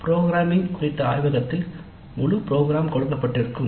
programming குறித்த ஆய்வகத்தில் முழு ப்ரோக்ராம் கொடுக்கப்பட்டிருக்கும்